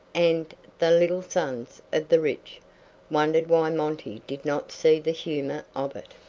and the little sons of the rich wondered why monty did not see the humor of it.